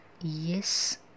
yes